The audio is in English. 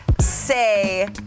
say